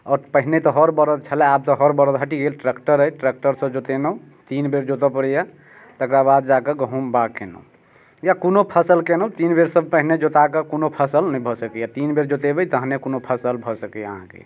आओर पहिने तऽ हर बड़द छलए आब तऽ हर बरद हटि गेल ट्रैक्टर अइ ट्रैक्टरसँ जोतेलहुँ तीन बेर जोतऽ पड़ैए तकरा बाद जाकऽ गहूँम बाग केलहुँ या कोनो फसल केलहुँ तीन बेरसँ पहिने जोता कऽ कोनो फसल नहि भऽ सकैए तीन बेर जोतेबै तखने कोनो फसल भऽ सकैए अहाँके